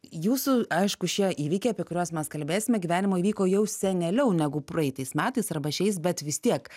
jūsų aišku šie įvykiai apie kuriuos mes kalbės gyvenimo įvyko jau seneliau negu praeitais metais arba šiais bet vis tiek